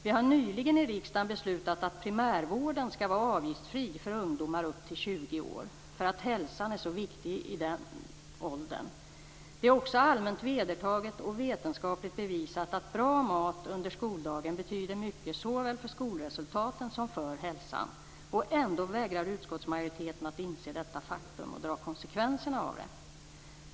Vi har nyligen i riksdagen beslutat att primärvården skall vara avgiftsfri för ungdomar upp till 20 år, för att hälsan är så viktig i den åldern. Det är också allmänt vedertaget och vetenskapligt bevisat att bra mat under skoldagen betyder mycket såväl för skolresultaten som för hälsan. Och ändå vägrar utskottsmajoriteten att inse detta faktum och dra konsekvenserna av det.